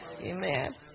Amen